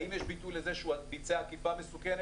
האם יש ביטוי לזה שהוא ביצע עקיפה מסוכנת?